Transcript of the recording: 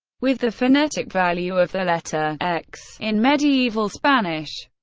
with the phonetic value of the letter x in medieval spanish,